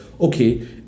Okay